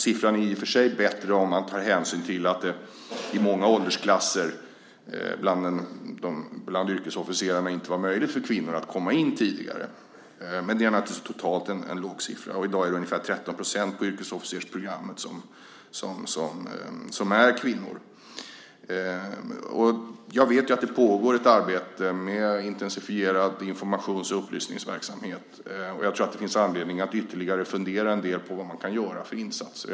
Siffran är i och för sig bättre om man tar hänsyn till att det i många åldersklasser bland yrkesofficerarna inte var möjligt för kvinnor att komma in tidigare. Men det är naturligtvis totalt en låg siffra. Och i dag är det ungefär 13 % på yrkesofficersprogrammet som är kvinnor. Jag vet att det pågår ett arbete med intensifierad informations och upplysningsverksamhet. Och jag tror att det finns anledning att ytterligare fundera en del på vad man kan göra för insatser.